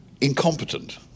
incompetent